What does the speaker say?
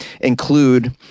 include